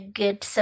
good